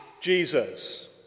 Jesus